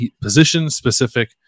position-specific